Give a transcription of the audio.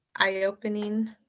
eye-opening